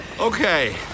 Okay